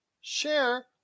share